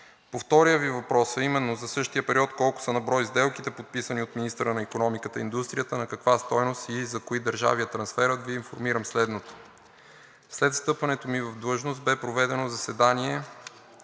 По втория Ви въпрос, а именно за същия период колко са на брой сделките, подписани от министъра на икономиката и индустрията, на каква стойност и за кои държави е трансферът Ви информирам следното: след встъпването ми в длъжност бе проведено заседание,